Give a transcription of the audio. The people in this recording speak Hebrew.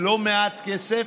ולא מעט כסף,